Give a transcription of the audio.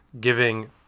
giving